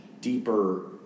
deeper